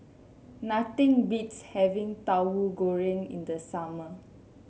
nothing beats having Tauhu Goreng in the summer